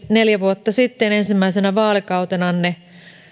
neljä vuotta sitten ensimmäisenä vuotenanne